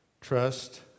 Trust